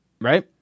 right